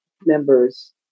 members